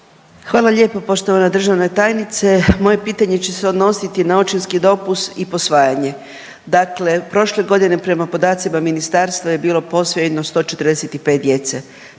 Hvala lijepo. Poštovana državna tajnice, moje pitanje će se odnositi na očinski dopust i posvajanje. Dakle, prošle godine prema podacima ministarstva je bilo posvojeno 145 djece,